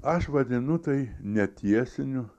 aš vadinu tai netiesinių